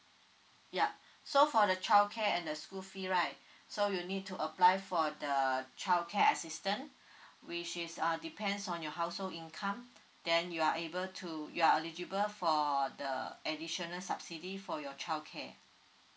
yup so for the childcare and the school fee right so you need to apply for the childcare assistant which is uh depends on your household income then you are able to you are eligible for the additional subsidy for your child care